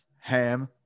ham